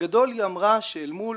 בגדול היא אמרה שאל מול